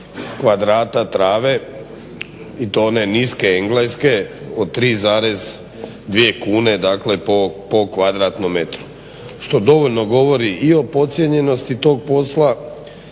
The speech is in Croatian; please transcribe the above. kvadrata trave i to one niske engleske od 3,2 kune po kvadratnom metru što dovoljno govori i o pocijenjenosti tog posla